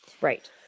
Right